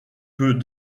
peut